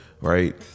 Right